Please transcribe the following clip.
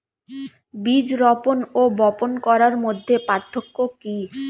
বীজ রোপন ও বপন করার মধ্যে পার্থক্য কি?